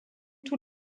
tous